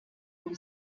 who